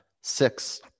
six